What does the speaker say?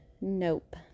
nope